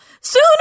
sooner